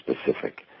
specific